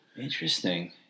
Interesting